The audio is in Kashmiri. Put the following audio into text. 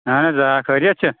اہن حظ آ خٲریَت چھا